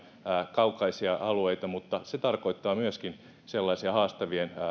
kaukaisia alueita mutta se tarkoittaa myöskin sellaisia haastavien